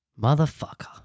Motherfucker